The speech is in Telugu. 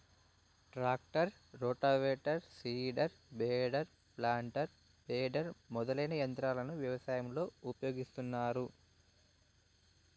tractor, rotavator, seeder, baler, planter, baler మొదలైన యంత్రాలను వ్యవసాయంలో ఉపయోగిస్తాన్నారు